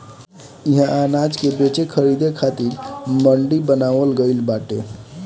इहा अनाज के बेचे खरीदे खातिर मंडी बनावल गइल बाटे